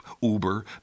Uber